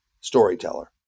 storyteller